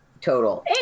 total